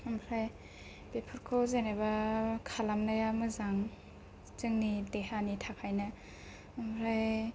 ओमफ्राय बेफोरखौ जेनोबा खालामनाया मोजां जोंनि देहानि थाखायनो ओमफ्राय